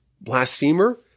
blasphemer